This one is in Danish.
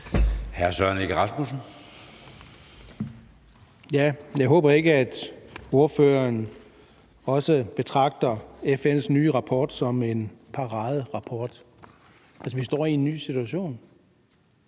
Jeg håber ikke, at ordføreren også betragter FN's nye rapport som en paraderapport. Altså, vi står i en ny situation,